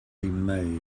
been